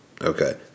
Okay